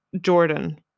jordan